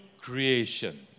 creation